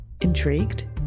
Intrigued